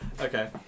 Okay